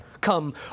Come